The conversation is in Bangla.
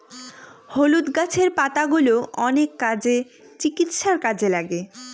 হলুদ গাছের পাতাগুলো অনেক কাজে, চিকিৎসার কাজে লাগে